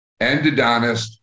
Endodontist